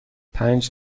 پنج